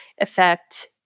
effect